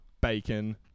Bacon